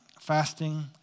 fasting